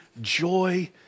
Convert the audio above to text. joy